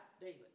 David